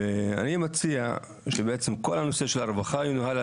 ואני מציע שכל הנושא של הרווחה ינוהל על